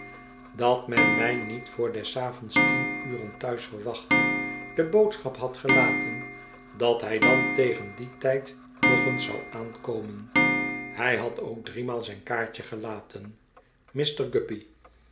dat men mij niet voor des avonds tien uren thuis verwachtte de boodschap had gelaten dat hij dan tegen dien tijd nog eens zou aankomen hij had ook driemaal zijn kaartje gelaten